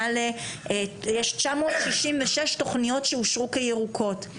יש 966 תוכניות שאושרו כירוקות.